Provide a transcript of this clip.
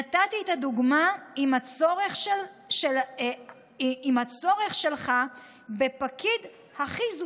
נתתי את הדוגמה עם הצורך שלך בפקיד הכי זוטר.